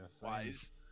wise